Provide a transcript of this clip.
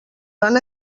van